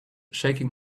shaking